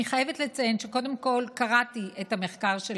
אני חייבת לציין שקודם כול קראתי את המחקר של